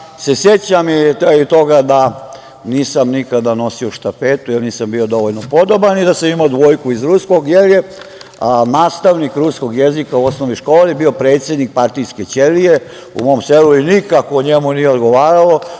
se i toga da nisam nikada nosio štafetu, jer nisam bio dovoljno podoban i da sam imao dvojku iz ruskog jer je nastavnik ruskog jezika u osnovnoj školi bio predsednik partijske ćelije u mom selu i nikako njemu nije odgovaralo